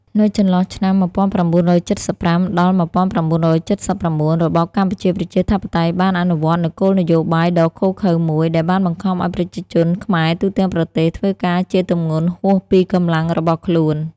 នៅចន្លោះឆ្នាំ ១៩៧៥ ដល់ ១៩៧៩ របបកម្ពុជាប្រជាធិបតេយ្យ បានអនុវត្តនូវគោលនយោបាយដ៏ឃោរឃៅមួយ ដែលបានបង្ខំឱ្យប្រជាជនខ្មែរទូទាំងប្រទេស ធ្វើការជាទម្ងន់ហួសពីកម្លាំងរបស់ខ្លួន។